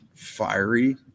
fiery